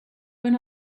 when